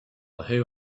who